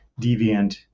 deviant